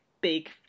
big